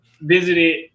Visited